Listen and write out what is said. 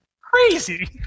crazy